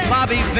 Bobby